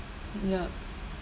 ya